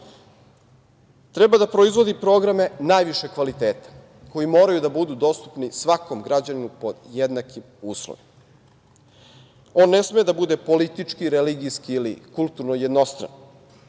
Treba da proizvodi programe najvišeg kvaliteta koji moraju da budu dostupni svakom građaninu pod jednakim uslovima. On ne sme da bude politički, religijski ili kulturno jednostran.